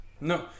No